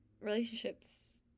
relationships